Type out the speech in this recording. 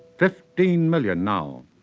fifty million now.